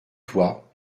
toi